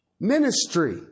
ministry